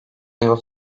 yıl